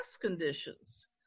conditions